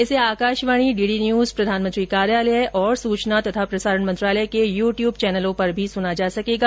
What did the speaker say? इसे Akashvani DD News प्रधानमंत्री कार्यालय और सूचना और प्रसारण मंत्रालय के यूट्यूब चैनलों पर भी सुना जा सकेगा